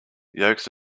yolks